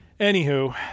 Anywho